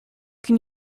can